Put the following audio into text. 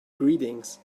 greetings